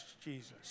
Jesus